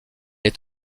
est